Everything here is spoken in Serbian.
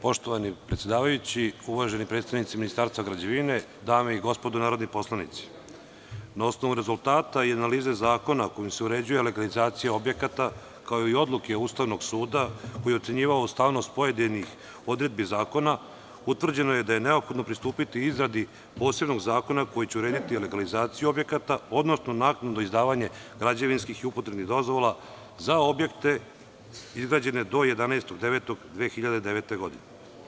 Poštovani predsedavajući, uvaženi predstavnici Ministarstva građevine, dame i gospodo narodni poslanici, na osnovu rezultata i analize zakona kojim se uređuje legalizacija objekata, kao i Odluke Ustavnog suda, koji je ocenjivao ustavnost pojedinih odredbi zakona, utvrđeno je da je neophodno pristupiti izradi posebnog zakona koji će urediti legalizaciju objekata, odnosno naknadno izdavanje građevinskih i upotrebnih dozvola za objekte izgrađene do 11.9.2009. godine.